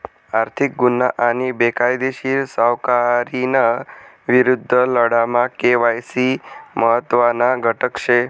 आर्थिक गुन्हा आणि बेकायदेशीर सावकारीना विरुद्ध लढामा के.वाय.सी महत्त्वना घटक शे